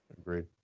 Agreed